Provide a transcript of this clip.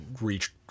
reach